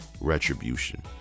Retribution